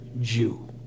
Jew